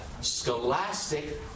scholastic